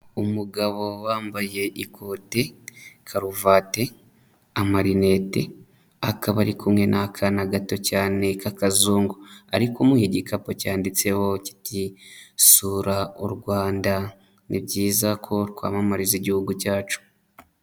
Umugabo wambaye ikoti, karuvati, amarineti, akaba ari kumwe n'akana gato cyane k'akazungu, ari kumuha igikapu cyanditseho kiti, sura u Rwanda, ni byiza ko twamamariza igihugu cyacu.